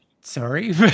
sorry